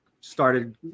started